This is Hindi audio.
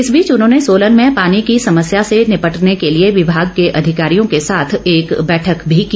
इस बीच उन्होंने सोलन में पानी की समस्या से निपटने के लिए विभाग के अधिकारियों के साथ एक बैठक भी की